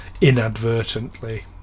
inadvertently